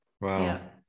Wow